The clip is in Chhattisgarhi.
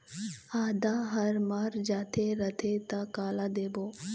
आदा हर मर जाथे रथे त काला देबो?